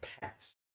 pass